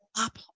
up